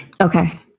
okay